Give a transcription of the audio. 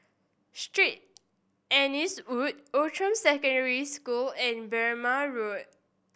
Street Anne's Wood Outram Secondary School and Berrima Road